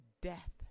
death